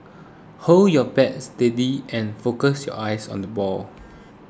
hold your bat steady and focus your eyes on the ball